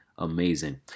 amazing